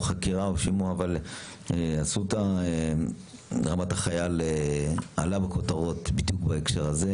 חקירה או שימוע אבל אסותא רמת החייל עלתה לכותרות בדיוק בהקשר הזה,